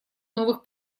новых